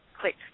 clicked